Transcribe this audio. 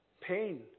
pain